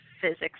physics